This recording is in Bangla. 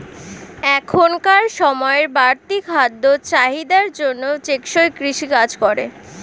এখনকার সময়ের বাড়তি খাদ্য চাহিদার জন্য টেকসই কৃষি কাজ করে